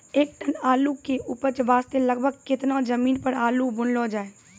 एक टन आलू के उपज वास्ते लगभग केतना जमीन पर आलू बुनलो जाय?